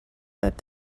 that